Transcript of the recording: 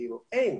אין,